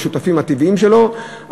בשותפים הטבעיים שלו,